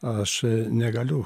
aš negaliu